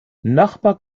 nachbar